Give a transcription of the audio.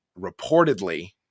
reportedly